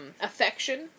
affection